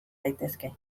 daitezke